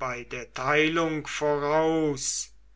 bei der teilung voraus